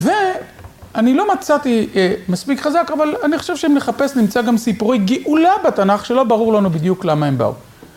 ואני לא מצאתי מספיק חזק, אבל אני חושב שאם נחפש, נמצא גם סיפורי גאולה בתנ״ך, שלא ברור לנו בדיוק למה הם באו.